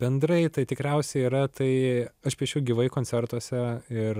bendrai tai tikriausiai yra tai aš piešiu gyvai koncertuose ir